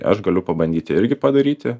aš galiu pabandyti irgi padaryti